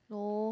no